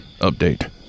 update